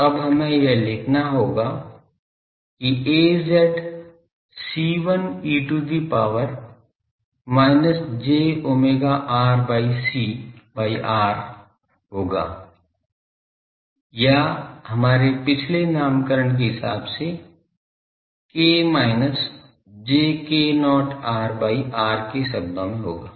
तो अब हमें यह लिखना होगा कि Az C1 e to the power minus j omega r by c by r होगा या हमारे पिछले नामकरण के हिसाब से k minus j k not r by r के शब्दों में होगा